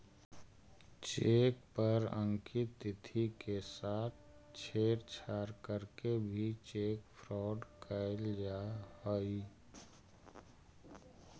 cheque पर अंकित तिथि के साथ छेड़छाड़ करके भी चेक फ्रॉड कैल जा हइ